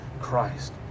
Christ